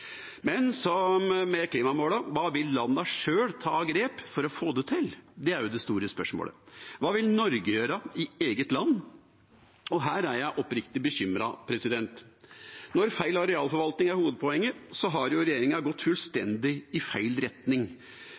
men som med klimamålene: Hva vil landene sjøl ta av grep for å få det til? Det er det store spørsmålet. Hva vil Norge gjøre i eget land? Her er jeg oppriktig bekymret. Når feil arealforvaltning er hovedpoenget, har regjeringa gått fullstendig i feil retning.